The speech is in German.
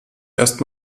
erst